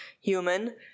human